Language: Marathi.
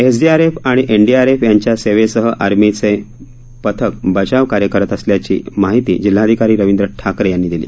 एसडीआरएफ व एनडीआरएफ यांच्या सेवेसह आर्मीचे पथक बचावकार्य करत असल्याची माहिती जिल्हाधिकारी रवींद्र ठाकरे यांनी दिली